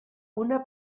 una